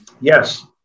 Yes